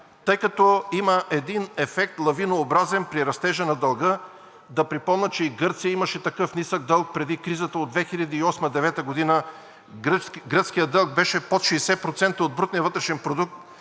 тъй като има един лавинообразен ефект при растежа на дълга. Да припомня, че и Гърция имаше такъв нисък дълг преди кризата от 2008 – 2009 г. Гръцкият дълг беше под 60% от брутния вътрешен продукт